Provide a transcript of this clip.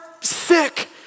sick